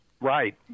Right